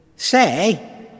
Say